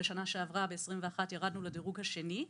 בשנה שעברה ב-2021 ירדנו לדירוג השני.